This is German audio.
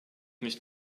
nicht